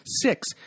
six